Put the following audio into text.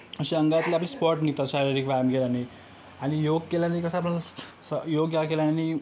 असे अंगातले आपले स्पॉट निघतात शारीरिक व्यायाम केल्याने आणि योग केल्याने कसं आपण स योगा केल्याने